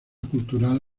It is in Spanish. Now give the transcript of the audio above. cultural